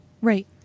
Right